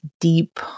deep